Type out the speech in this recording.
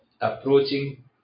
approaching